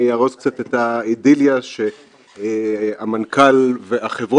אני אהרוס קצת את האידיליה של המנכ"ל והחברות.